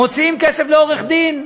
מוציאים כסף על עורך-דין,